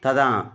तदा